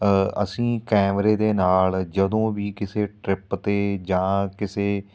ਅਸੀਂ ਕੈਮਰੇ ਦੇ ਨਾਲ ਜਦੋਂ ਵੀ ਕਿਸੇ ਟਰਿੱਪ 'ਤੇ ਜਾਂ ਕਿਸੇ